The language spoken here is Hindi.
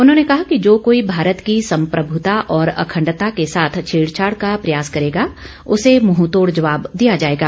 उन्होंने कहा कि जो कोई भारत की सम्प्रभूता और अखंडता के साथ छेड़छाड़ का प्रयास करेगा उसे मुंहतोड़ जवाब दिया जाएगा